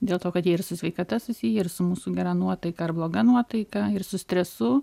dėl to kad jie ir su sveikata susiję ir su mūsų gera nuotaika ar bloga nuotaika ir su stresu